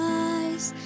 eyes